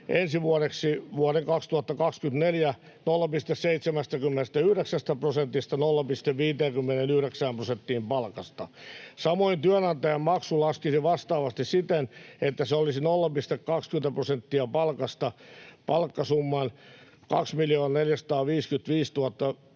on 0,79 prosenttia, ensi vuoden 0,59 prosenttiin palkasta. Samoin työnantajan maksu laskisi vastaavasti siten, että se olisi 0,20 prosenttia palkasta palkkasummaan 2 455 500 euroa asti